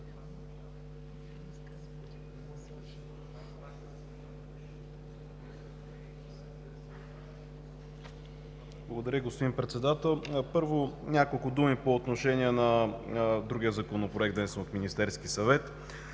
Благодаря, господин Председател. Първо, няколко думи по отношение на Законопроекта, внесен от Министерския съвет.